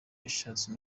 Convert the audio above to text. yashatse